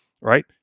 right